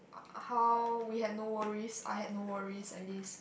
how we had no worries I had no worries at least